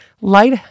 light